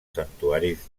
santuaris